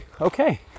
okay